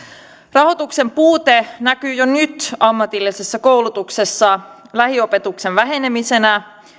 rahoituksen puute näkyy jo nyt ammatillisessa koulutuksessa lähiopetuksen vähenemisenä